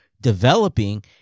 developing